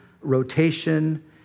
rotation